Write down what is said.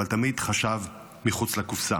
אבל תמיד, חשב מחוץ לקופסה.